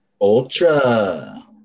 ultra